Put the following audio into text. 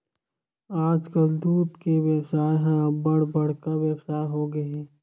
आजकाल दूद के बेवसाय ह अब्बड़ बड़का बेवसाय होगे हे